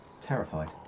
Terrified